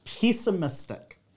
pessimistic